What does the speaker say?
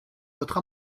votre